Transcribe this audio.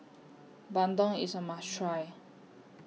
Bandung IS A must Try